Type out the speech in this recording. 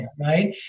Right